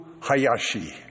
Hayashi